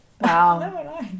wow